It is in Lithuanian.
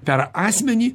per asmenį